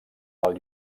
del